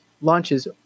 launches